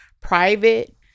private